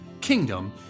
kingdom